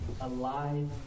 alive